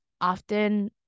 often